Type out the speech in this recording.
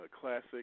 Classic